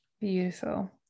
beautiful